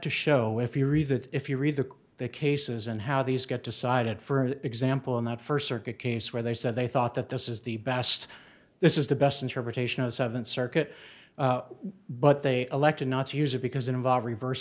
to show if you read that if you read the cases and how these get decided for example in that first circuit case where they said they thought that this is the best this is the best interpretation of the seventh circuit but they elected not to use it because it involves reverse